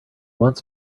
wants